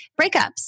breakups